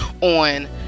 on